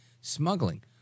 smuggling